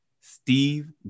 Steve